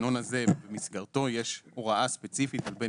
במסגרת התקנון הזה יש הוראה ספציפית על בן